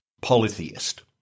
polytheist